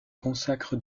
consacre